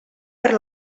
per